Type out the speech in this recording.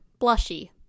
blushy